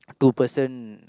two person